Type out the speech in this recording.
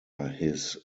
his